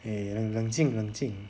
eh 冷静冷静